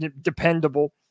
Dependable